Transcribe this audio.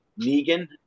Negan